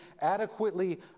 adequately